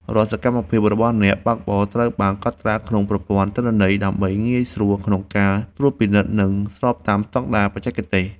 រាល់សកម្មភាពរបស់អ្នកបើកបរត្រូវបានកត់ត្រាក្នុងប្រព័ន្ធទិន្នន័យ ដើម្បីងាយស្រួលក្នុងការត្រួតពិនិត្យ និងស្របតាមស្តង់ដារបច្ចេកទេស។